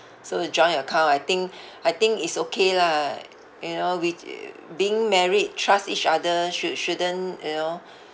so a joint account I think I think is okay lah you know with being married trust each other should shouldn't you know